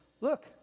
look